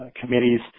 committees